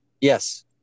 Yes